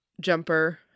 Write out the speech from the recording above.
jumper